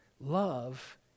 Love